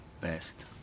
best